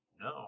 No